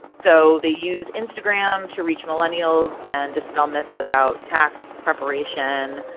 so they use instagram to reach millennials and dispel myths about tax preparation.